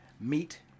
meet